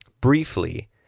briefly